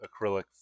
acrylic